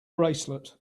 bracelet